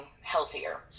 healthier